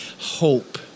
hope